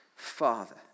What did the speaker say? Father